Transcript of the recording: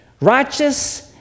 Righteous